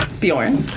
Bjorn